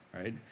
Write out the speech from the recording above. right